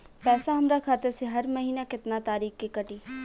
पैसा हमरा खाता से हर महीना केतना तारीक के कटी?